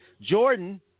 Jordan